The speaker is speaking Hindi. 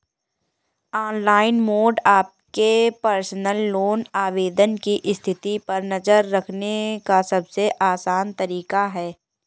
ऑनलाइन मोड आपके पर्सनल लोन आवेदन की स्थिति पर नज़र रखने का सबसे आसान तरीका है